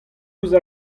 ouzh